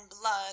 blood